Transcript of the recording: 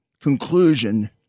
conclusion